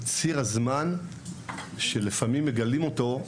הוא ציר הזמן שלפעמים מגלים את אותו אדם,